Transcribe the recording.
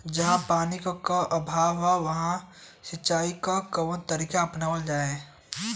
जहाँ पानी क अभाव ह वहां सिंचाई क कवन तरीका अपनावल जा?